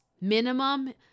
minimum